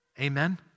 Amen